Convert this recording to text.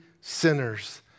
sinners